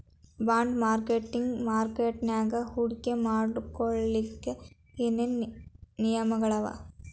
Bond ಮಾರ್ಕೆಟಿನ್ ಮಾರ್ಕಟ್ಯಾಗ ಹೂಡ್ಕಿ ಮಾಡ್ಲೊಕ್ಕೆ ಏನೇನ್ ನಿಯಮಗಳವ?